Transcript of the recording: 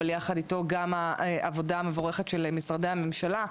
ויחד איתו גם העבודה המבורכת של משרדי הממשלה,